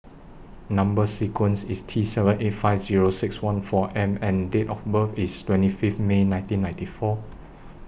Number sequence IS T seven eight five Zero six one four M and Date of birth IS twenty Fifth May nineteen ninety four